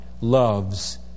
loves